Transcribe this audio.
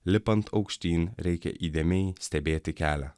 lipant aukštyn reikia įdėmiai stebėti kelią